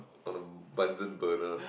on a Bunsen-burner